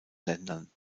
ländern